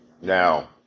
Now